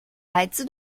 来自